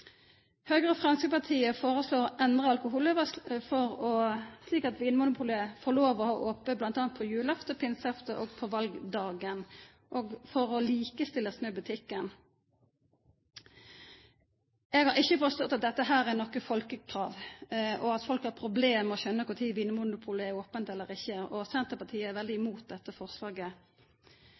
Høgre og Framstegspartiet foreslår å endra alkohollova slik at Vinmonopolet får lov til å ha ope bl.a. på julaftan, på pinseaftan og på valdagen for å bli likestilt med butikken. Eg har ikkje forstått at dette er noko folkekrav, og at folk har problem med å skjønna kva tid Vinmonopolet er ope eller ikkje ope. Senterpartiet er veldig imot dette forslaget.